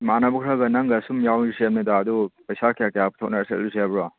ꯏꯃꯥꯟꯅꯕ ꯈꯔꯒ ꯅꯪꯒ ꯁꯨꯝ ꯌꯥꯎꯔꯨꯁꯦ ꯍꯥꯏꯕꯅꯤꯗ ꯑꯗꯨ ꯄꯩꯁꯥ ꯀꯌꯥ ꯀꯌꯥ ꯄꯨꯊꯣꯛꯅꯔꯁꯦ ꯆꯠꯂꯨꯁꯦ ꯍꯥꯏꯕ꯭ꯔꯣ